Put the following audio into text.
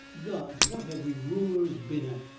gods! what have we rulers been at.